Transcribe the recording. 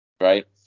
Right